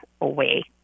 away